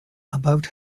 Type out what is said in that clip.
about